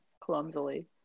clumsily